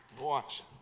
Watch